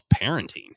parenting